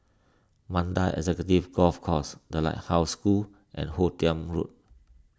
Mandai Executive Golf Course the Lighthouse School and Hoot Kiam Road